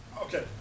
Okay